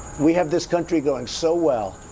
we have this country going so well.